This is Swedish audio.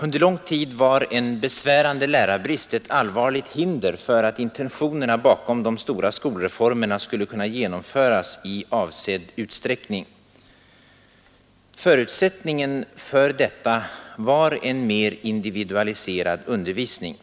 Under lång tid var en besvärande lärarbrist ett allvarligt hinder för att intentionerna bakom de stora skolreformerna skulle kunna genomföras i avsedd utsträckning. Förutsättningen för detta var en mer individualiserad undervisning.